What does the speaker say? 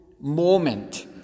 moment